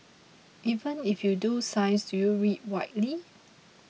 even if you do science do you read widely